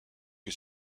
que